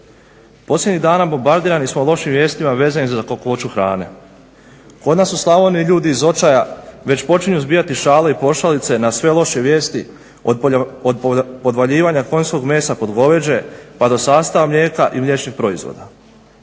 Posljednjih dana bombardirani smo lošim vijestima vezanim za kakvoću hrane. Kod nas u Slavoniji ljudi iz očaja već počinju zbijati šale i pošalice na sve loše vijesti, od podvaljivanja konjskog mesa pod goveđe pa do sastava mlijeka i mliječnih proizvoda,